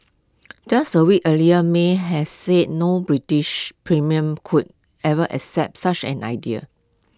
just A weeks earlier may had said no British premier could ever accept such an idea